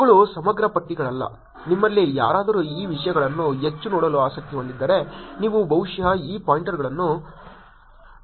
ಇವುಗಳು ಸಮಗ್ರ ಪಟ್ಟಿಗಳಲ್ಲ ನಿಮ್ಮಲ್ಲಿ ಯಾರಾದರೂ ಈ ವಿಷಯಗಳನ್ನು ಹೆಚ್ಚು ನೋಡಲು ಆಸಕ್ತಿ ಹೊಂದಿದ್ದರೆ ನೀವು ಬಹುಶಃ ಈ ಪಾಯಿಂಟರ್ಗಳನ್ನು ನೋಡುತ್ತಿರಬೇಕು